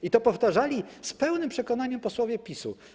I to powtarzali z pełnym przekonaniem posłowie PiS-u.